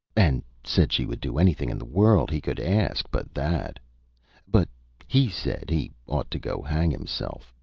and said she would do anything in the world he could ask but that but he said he ought to go hang himself,